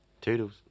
Toodles